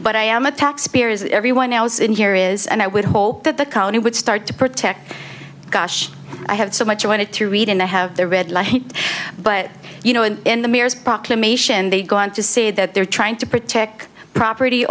but i am a taxpayer is everyone else in here is and i would hope that the county would start to protect gosh i have so much i wanted to read and i have the red light but you know in the mayor's proclamation they go on to say that they're trying to protect property